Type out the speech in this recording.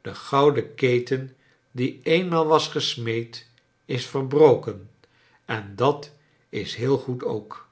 de gouden keten die eenmaal was gesmeed is verbroken en dat is heel goed ook